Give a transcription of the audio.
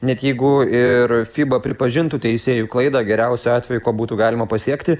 net jeigu ir fiba pripažintų teisėjų klaidą geriausiu atveju būtų galima pasiekti